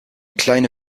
kleine